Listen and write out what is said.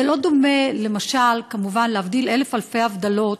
זה לא דומה, למשל, כמובן להבדיל אלף אלפי הבדלות,